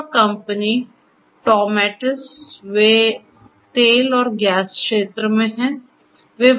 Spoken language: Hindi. एक और कंपनी टौमेटिस वे तेल और गैस क्षेत्र में हैं